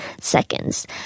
seconds